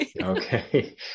okay